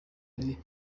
ari